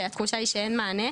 והתחושה היא שאין מענה.